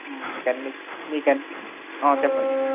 మీకు అన్నీ మీకు అన్నీ ఆ చెప్పండి